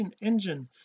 engine